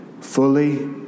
fully